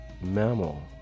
mammal